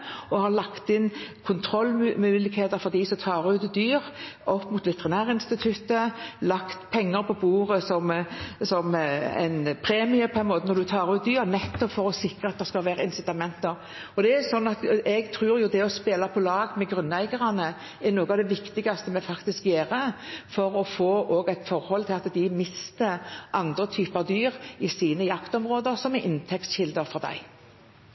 har lagt inn kontrollmuligheter for dem som tar ut dyr – bl.a. opp mot Veterinærinstituttet – og vi har lagt penger på bordet, som en form for premie for å ta ut dyr, nettopp for at det skal være insitamenter. Jeg tror at det å spille på lag med grunneierne er noe av det viktigste vi gjør, også for å få et forhold til at de mister andre typer dyr, som er inntektskilder for dem, i sine jaktområder. Replikkordskiftet er